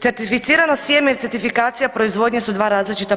Certificirano sjeme i certifikacija proizvodnje su dva različita,